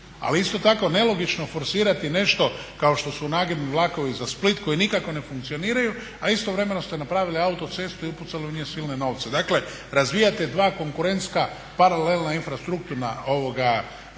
Ali isto tako nelogično forsirati nešto kao što su nagibni vlakovi za Split koji nikako ne funkcioniraju, a istovremeno ste napravili autocestu i upucali u nju silne novce. Dakle razvijate dva konkurentska paralelna infrastrukturna projekta